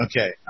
Okay